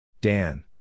Dan